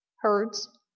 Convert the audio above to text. herds